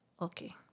okay